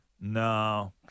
No